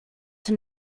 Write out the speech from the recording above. have